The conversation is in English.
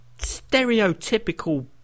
stereotypical